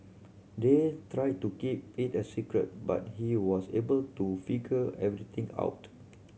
they tried to keep it a secret but he was able to figure everything out